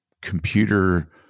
computer